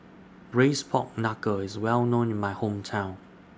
Braised Pork Knuckle IS Well known in My Hometown